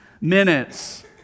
minutes